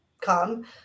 come